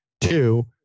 two